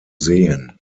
sehen